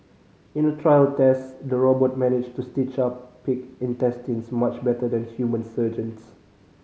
in a trial test the robot managed to stitch up pig intestines much better than human surgeons